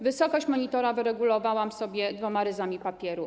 Wysokość monitora wyregulowałam sama dwoma ryzami papieru.